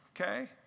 okay